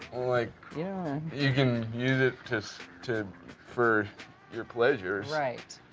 like you can use it to so to for your pleasures. right.